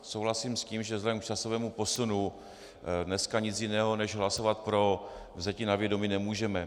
Souhlasím s tím, že vzhledem k časovému posunu dnes nic jiného než hlasovat pro vzetí na vědomí nemůžeme